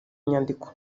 nyandiko